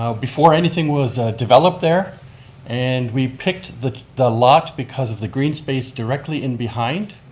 um before anything was developed there and we picked the the lot because of the green space directly in behind.